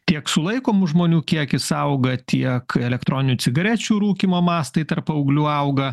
tiek sulaikomų žmonių kiekis auga tiek elektroninių cigarečių rūkymo mastai tarp paauglių auga